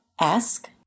ask